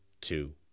two